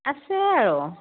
আছে আৰু